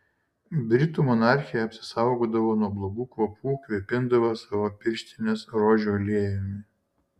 britų monarchė apsisaugodavo nuo blogų kvapų kvėpindama savo pirštines rožių aliejumi